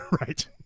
right